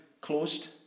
closed